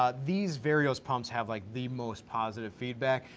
ah these varios pumps have like the most positive feedback.